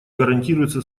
гарантируется